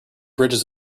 bridges